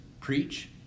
preach